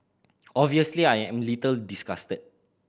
obviously I am little disgusted